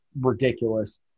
ridiculous